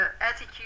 attitude